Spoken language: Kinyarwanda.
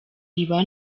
iba